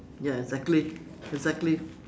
ya exactly exactly